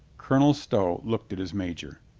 colonel stow looked at his major.